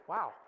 Wow